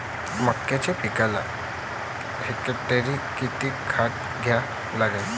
मक्याच्या पिकाले हेक्टरी किती खात द्या लागन?